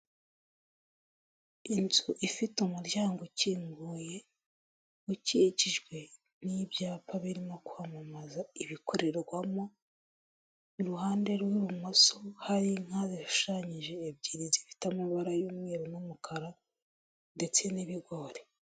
Inzu ifite umuryango ukinguye ukikijwe n'ibyapa birimo kwamamaza ibikorerwamo iruhande rw'ibumoso hari inka zishushanyije ebyiri zifite amabara y'umweru n'umukara, ndetse n'ibigori.